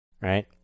right